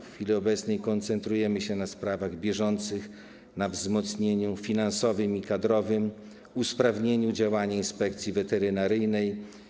W chwili obecnej koncentrujemy się na sprawach bieżących, na wzmocnieniu finansowym i kadrowym, usprawnieniu działania Inspekcji Weterynaryjnej.